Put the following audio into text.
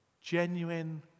genuine